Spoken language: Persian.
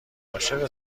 عاشق